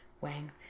Wang